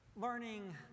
learning